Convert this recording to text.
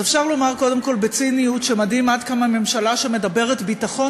אז אפשר לומר קודם כול בציניות שמדהים עד כמה ממשלה שמדברת ביטחון